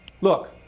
Look